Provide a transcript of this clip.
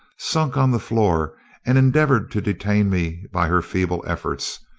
sunk on the floor and endeavoured to detain me by her feeble efforts,